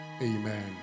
Amen